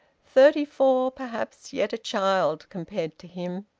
thirty-four, perhaps yet a child compared to him!